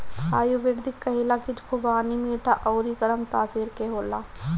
आयुर्वेद कहेला की खुबानी मीठा अउरी गरम तासीर के होला